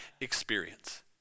experience